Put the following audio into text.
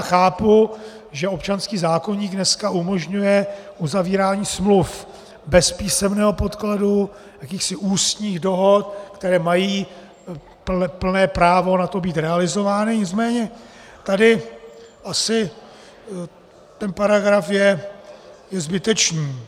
Chápu, že občanský zákoník dneska umožňuje uzavírání smluv bez písemného podkladu, jakýchsi ústních dohod, které mají plné právo na to být realizovány, nicméně tady asi ten paragraf je zbytečný.